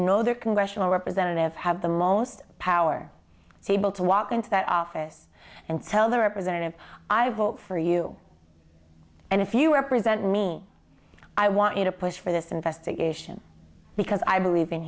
their congressional representative have the most power able to walk into that office and tell their representative i vote for you and if you represent me i want you to push for this investigation because i believe in